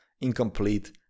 incomplete